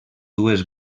dues